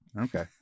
Okay